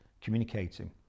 communicating